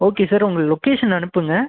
okay sir உங்கள் location அனுப்புங்கள்